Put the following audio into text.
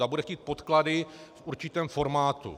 A bude chtít podklady v určitém formátu.